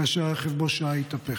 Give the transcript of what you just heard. כאשר הרכב שבו שהה התהפך.